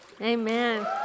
Amen